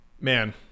man